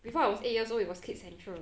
before I was eight years old it was kids central